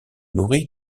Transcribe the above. nourris